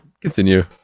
Continue